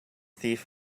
thief